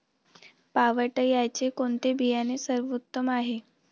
पावट्याचे कोणते बियाणे सर्वोत्तम आहे?